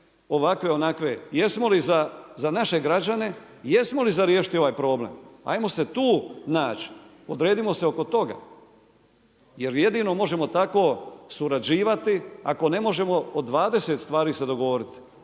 ovakve, onakve. Jesmo li za naše građane, jesmo li za riješiti ovaj problem. Ajmo se tu naći, odredimo se oko toga jer jedino tako možemo surađivati. Ako ne možemo od 20 stvari dogovoriti